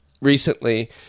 recently